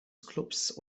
clubs